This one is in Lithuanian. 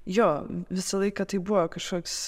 jo visą laiką tai buvo kažkoks